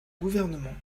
gouvernement